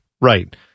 Right